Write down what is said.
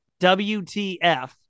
WTF